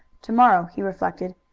to-morrow, he reflected,